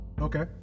Okay